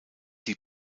die